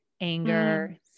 anger